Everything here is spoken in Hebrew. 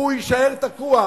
הוא יישאר תקוע,